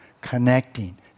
connecting